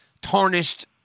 tarnished